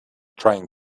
trying